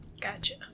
Gotcha